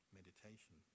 meditation